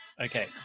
Okay